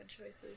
choices